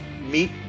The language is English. meet